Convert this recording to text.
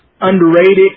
underrated